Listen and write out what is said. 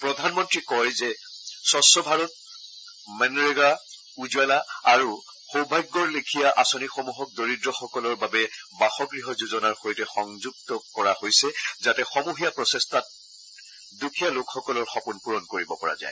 প্ৰধানমন্ত্ৰীয়ে লগতে কয় যে স্বছ্ ভাৰত মনৰেগা উজ্জলা আৰু সৌভাগ্যৰ লেখীয়া আঁচনিসমূহক দৰিদ্ৰসকলৰ বাবে বাসগৃহ যোজনাৰ সৈতে সংযুক্ত কৰা হৈছে যাতে সমূহীয়া প্ৰচেষ্টাত দ্বাৰা দুখীয়া লোকসকলৰ সপোন পূৰণ কৰিব পৰা যায়